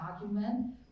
argument